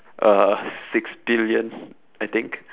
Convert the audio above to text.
uh it has like six billion I think